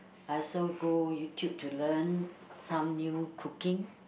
I also go YouTube to learn some new cooking